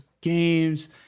games